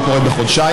היא לא קורית בחודשיים.